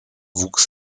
wuchs